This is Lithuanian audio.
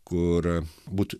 kur būtų